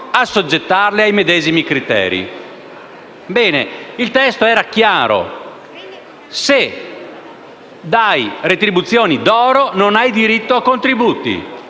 Il testo era chiaro: se dai retribuzioni d'oro, non hai diritto a contributi.